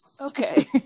okay